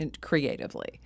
creatively